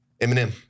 Eminem